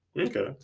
Okay